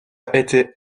été